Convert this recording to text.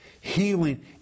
healing